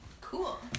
Cool